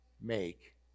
make